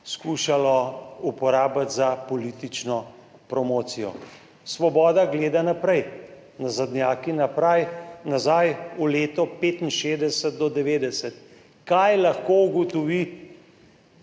skušalo uporabiti za politično promocijo. Svoboda gleda naprej, nazadnjaki napraj, nazaj v leto 1965 do 1990. Kaj lahko ugotovi